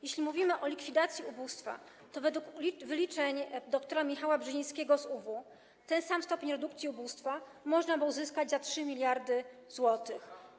Jeśli mówimy o likwidacji ubóstwa, to według wyliczeń dr. Michała Brzezińskiego z UW ten sam stopień redukcji ubóstwa można by uzyskać za 3 mld zł.